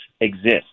exist